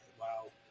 Wow